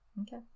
Okay